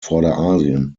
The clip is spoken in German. vorderasien